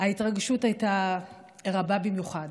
ההתרגשות הייתה רבה במיוחד.